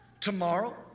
tomorrow